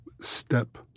step